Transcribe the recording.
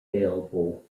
available